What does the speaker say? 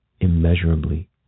immeasurably